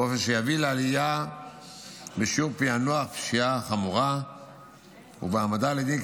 באופן שיביא לעלייה בשיעורי פיענוח פשיעה חמורה ובהעמדה לדין,